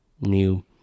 new